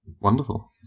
wonderful